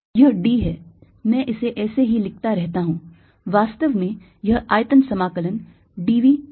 यह d है मैं इसे ऐसे ही लिखता रहता हूं वास्तव में यह आयतन समाकलन dV प्राइम है